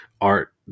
art